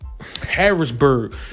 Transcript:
Harrisburg